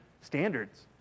standards